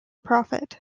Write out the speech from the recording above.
profit